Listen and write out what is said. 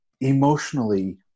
emotionally